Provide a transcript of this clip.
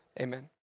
amen